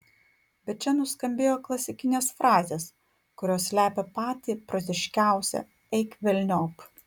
bet čia nuskambėjo klasikinės frazės kurios slepia patį proziškiausią eik velniop